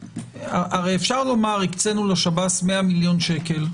הרי אפשר לומר: הקצינו לשב"ס 100 מיליון שקל,